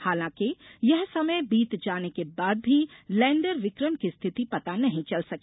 हालांकि यह समय बीत जाने के बाद भी लैंडर विक्रम की स्थिति पता नहीं चल सकी